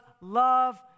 love